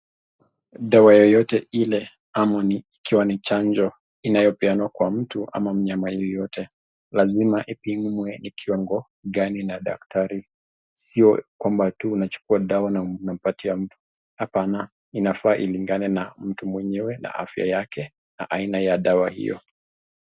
Dawa yoyote ile ama ni ikiwa ni chanjo ambayo inapewa mtu ama mnyama yeyote, lazima ipimwe ni kiwango gani na daktari sio kwamba tu unachukua dawa na unampatia mtu. Hapa inafaa ilingane na mtu mwenyewe na afya yake na aina ya dawa hiyo.